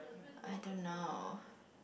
I don't know